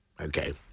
Okay